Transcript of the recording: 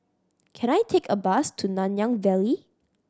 can I take a bus to Nanyang Valley